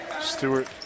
Stewart